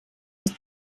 bis